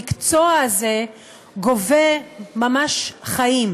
המקצוע הזה גובה ממש חיים.